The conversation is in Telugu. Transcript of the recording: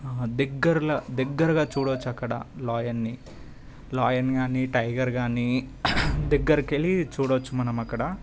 దగ్గర్లో దగ్గరగా చూడొచ్చు అక్కడ లయన్నీ లయన్ కాని టైగర్ కాని దగ్గరికి వెళ్ళి చూడొచ్చు మనం అక్కడ